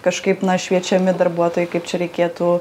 kažkaip na šviečiami darbuotojai kaip čia reikėtų